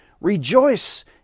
Rejoice